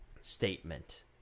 statement